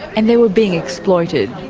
and they were being exploited.